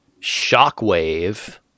Shockwave